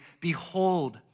behold